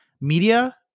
media